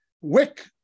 wick